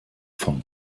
von